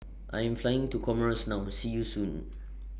I Am Flying to Comoros now See YOU Soon